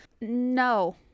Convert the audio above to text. no